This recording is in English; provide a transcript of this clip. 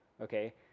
okay